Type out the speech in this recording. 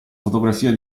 fotografia